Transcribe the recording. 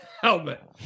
helmet